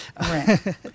Right